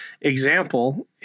example